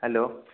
hello